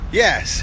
yes